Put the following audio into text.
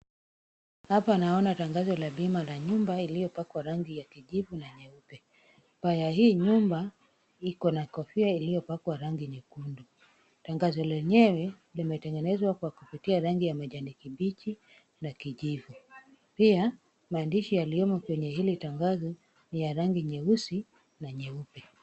Hapa naona tangazo la bima ya nyumba iliyopakwa rangi ya kijivu na nyeupe. Paa ya hii nyumba iko na kofia iliyopakwa rangi nyekundu. Tangazo lenyewe limetengenezwa kwa kupitia rangi ya kijani kibichi na kijivu. Pia maandishi yaliyomo kwenye hili tangazo ni ya rangi nyeusi na nyeupe.